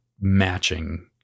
matching